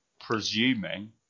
presuming